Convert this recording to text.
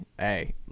hey